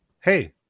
Hey